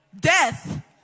Death